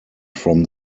from